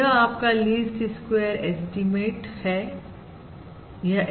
यह आपका least square estimate है